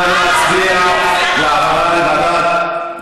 נא להצביע על העברה לוועדת,